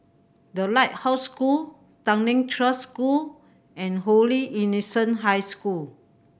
The Lighthouse School Tanglin Trust School and Holy Innocents' High School